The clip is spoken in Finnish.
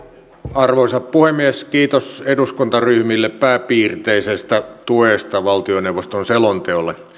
arvoisa puhemies kiitos eduskuntaryhmille pääpiirteisestä tuesta valtioneuvoston selonteolle